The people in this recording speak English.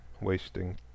wasting